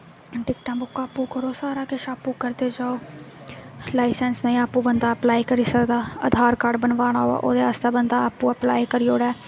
टिकटां बुक आपूं करो सारा किश आपूं करदे जाओ लाइसेंस लेई आपू बंदा अप्लाई करी सकदा आधार कार्ड बनवाना होऐ ओहदे आस्तै बंदा आपूं अप्लाई करी ओड़ै